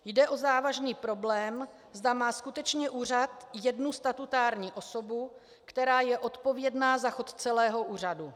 Jde o závažný problém, zda má skutečně úřad jednu statutární osobu, která je odpovědná za chod celého úřadu.